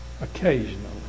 Occasionally